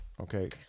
okay